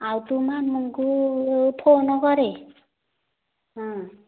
ଆଉ ତୁ ମାମୁଁଙ୍କୁ ଫୋନ୍ କରେ